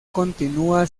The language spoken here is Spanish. continúa